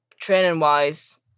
training-wise